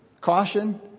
caution